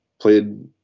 played